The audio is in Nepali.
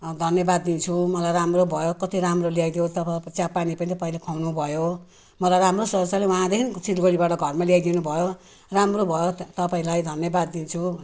धन्यवाद दिन्छु मलाई राम्रो भयो कति राम्रो ल्याइदियो तब चियापानी पनि तपाईँले खुवाउनु भयो मलाई राम्रो सुरक्षाले वहाँदेखि सिलगढीबाट घरमा ल्याइदिनु भयो राम्रो भयो तपाईँलाई धन्यवाद दिन्छु